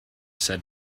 said